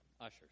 Ushers